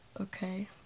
okay